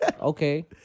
Okay